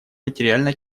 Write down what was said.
материально